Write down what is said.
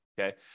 Okay